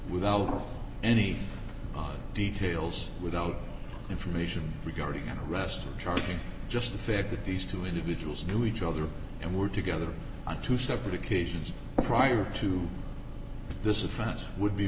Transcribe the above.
without any details without information regarding an arrest or charging just the fact that these two individuals knew each other and were together on two separate occasions prior to this in france would be